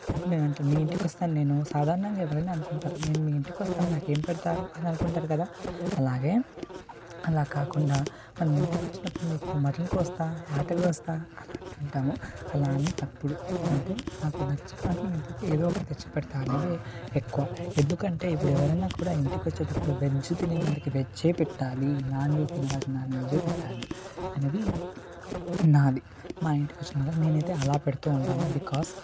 ఇప్పుడు అనుకో మీ ఇంటికి వస్తా నేను సాధారణంగా ఎవరైనా అనుకుంటారు నేను మీ ఇంటికి వస్తా నాకు ఏం పెడతారు అనుకుంటారు కదా అలాగే అలా కాకుండా వాళ్ళు ఇంటికి వచ్చినప్పుడు మీకు మటన్ కోస్తా యాట కోస్తా అంటారు అలా అనడం తప్పు ఎందుకంటే నాకు నచ్చిన వాటిలో మీకు ఏదో ఒకటి తెచ్చి పెడతాను అదే ఎక్కువ ఎందుకంటే ఇప్పుడు ఎవరైనా కూడా ఇంటికి వచ్చేటప్పుడు వెజ్ తినేవాళ్ళకి వెజే పెట్టాలి నాన్ వెజ్ తినే వాళ్ళకి నాన్ వెజే పెట్టాలి అనేది నాది మా ఇంటికి వచ్చిన వారికి నేనైతే అలా పెడుతూ ఉంటాను బికాస్